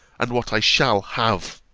and what i shall have.